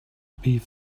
beef